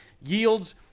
yields